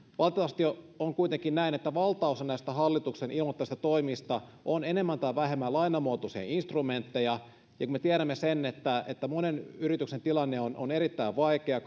valitettavasti on kuitenkin näin että valtaosa näistä hallituksen ilmoittamista toimista on enemmän tai vähemmän lainamuotoisia instrumentteja ja kun me tiedämme että että monen yrityksen tilanne on on erittäin vaikea